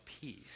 peace